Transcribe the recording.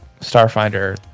Starfinder